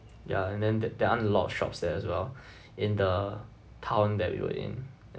ya and then the there aren't lots of shops there as well in the town that we were in